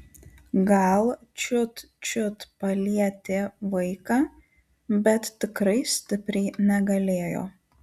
gal čiut čiut palietė vaiką bet tikrai stipriai negalėjo